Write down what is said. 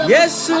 Yes